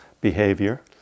behavior